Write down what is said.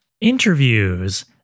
Interviews